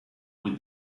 with